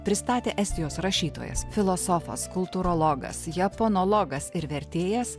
pristatė estijos rašytojas filosofas kultūrologas japonologas ir vertėjas